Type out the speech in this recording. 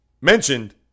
mentioned